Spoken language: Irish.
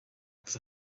agus